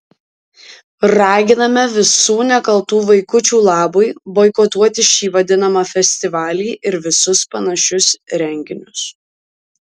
raginame visų nekaltų vaikučių labui boikotuoti šį vadinamą festivalį ir visus panašius renginius